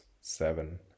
seven